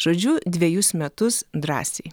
žodžiu dvejus metus drąsiai